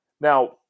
Now